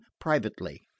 privately